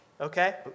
okay